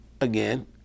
again